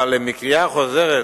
אבל בקריאה חוזרת